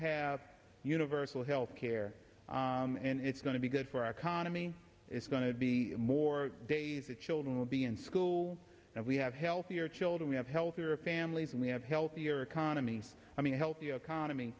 have universal health care and it's going to be good for our economy it's going to be more days the children will be in school and we have healthier children we have healthier families and we have healthier economies i mean a healthy economy